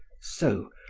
so,